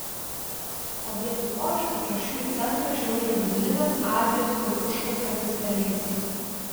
o vietoj to iš pakraščių į centrą šliaužia vidurinės azijos ir užkaukazės pelėsiai